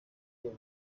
mibi